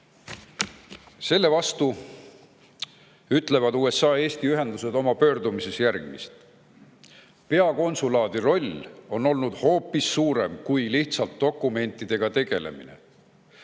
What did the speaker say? Selle vastu ütlevad USA Eesti ühendused oma pöördumises: "Peakonsulaadi roll on aga olnud hoopis suurem kui vaid dokumentidega tegelemine.